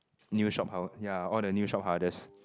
new shop house ya all the new shop houses